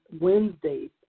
Wednesdays